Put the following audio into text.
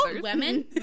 Women